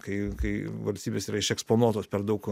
kai kai valstybės yra išeksponuotos per daug